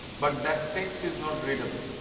but that text is not readable.